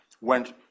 went